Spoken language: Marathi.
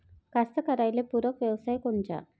कास्तकाराइले पूरक व्यवसाय कोनचा?